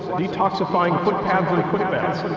detoxifying footpads and foot baths. and